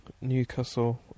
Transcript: Newcastle